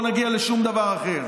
לא נגיע לשום דבר אחר.